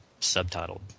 subtitled